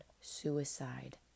suicide